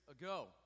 ago